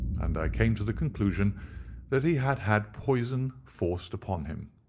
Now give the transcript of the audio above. and i came to the conclusion that he had had poison forced upon him.